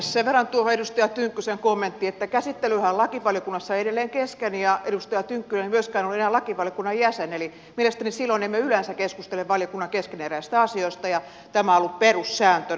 sen verran tuohon edustaja tynkkysen kommenttiin että käsittelyhän on lakivaliokunnassa edelleen kesken ja edustaja tynkkynen ei myöskään ole enää lakivaliokunnan jäsen eli mielestäni silloin emme yleensä keskustele valiokunnan keskeneräisistä asioista ja tämä on ollut perussääntönä